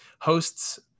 hosts